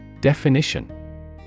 Definition